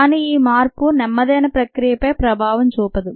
కానీ ఈ మార్పు నెమ్మదైన ప్రక్రియపై ప్రభావం చూపదు